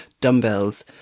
dumbbells